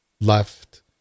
left